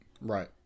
Right